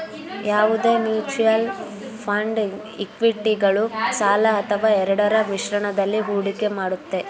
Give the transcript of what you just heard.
ಯಾವುದೇ mutual fund ಇಕ್ವಿಟಿಗಳು ಸಾಲ ಅಥವಾ ಎರಡರ ಮಿಶ್ರಣದಲ್ಲಿ ಹೂಡಿಕೆ ಮಾಡುತ್ತೆ